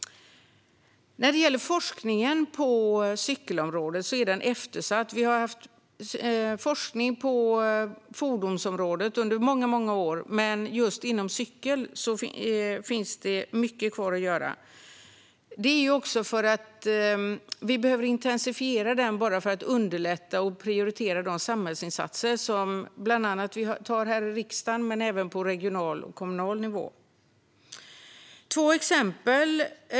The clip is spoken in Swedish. Forskningen inom cykelområdet är eftersatt. Det har under många år funnits forskning inom fordonsområdet, men vad gäller cykel finns mycket kvar att göra. Detta behöver intensifieras för att underlätta prioriteringen av olika samhällsinsatser, bland annat här i riksdagen men även på regional och kommunal nivå.